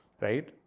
right